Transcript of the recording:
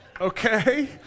Okay